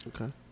Okay